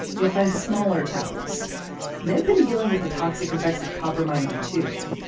you'll find smaller towns never been dealing with the toxic effects of copper mining to.